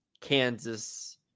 Kansas